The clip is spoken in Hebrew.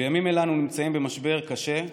בימים אלה אנו נמצאים במשבר קשה,